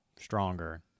stronger